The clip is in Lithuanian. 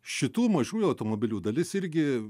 šitų mažųjų automobilių dalis irgi